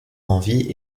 envie